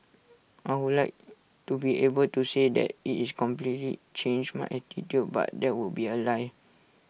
I would like to be able to say that IT is completely changed my attitude but that would be A lie